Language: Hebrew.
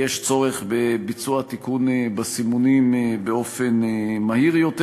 יש צורך בביצוע תיקון בסימונים באופן מהיר יותר.